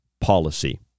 policy